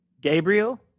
Gabriel